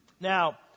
Now